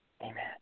Amen